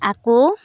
আকৌ